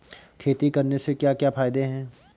खेती करने से क्या क्या फायदे हैं?